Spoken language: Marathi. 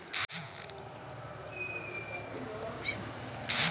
फळझाडांची वेळोवेळी छाटणी करुची लागता